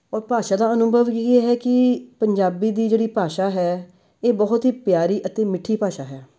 ਔਰ ਭਾਸ਼ਾ ਦਾ ਅਨੁਭਵ ਹੀ ਇਹ ਕਿ ਪੰਜਾਬੀ ਦੀ ਜਿਹੜੀ ਭਾਸ਼ਾ ਹੈ ਇਹ ਬਹੁਤ ਹੀ ਪਿਆਰੀ ਅਤੇ ਮਿੱਠੀ ਭਾਸ਼ਾ ਹੈ